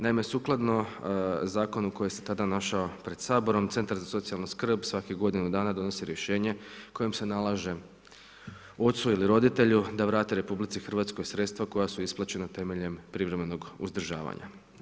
Naime sukladno zakonu koji se tada našao pred Saborom, centar za socijalnu skrb svakih godinu dana donosi rješenje kojim se nalaže ocu ili roditelju da vrate RH sredstva koja su isplaćena temeljem privremenog uzdržavanja.